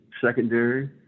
secondary